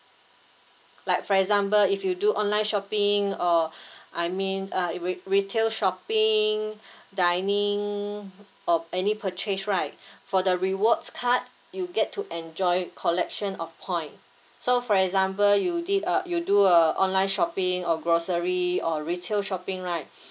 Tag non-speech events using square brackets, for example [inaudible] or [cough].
like for example if you do online shopping or [breath] I mean uh it re~ retail shopping dining or any purchase right for the rewards card you get to enjoy collection of point so for example you did uh you do uh online shopping or grocery or retail shopping right